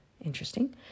Interesting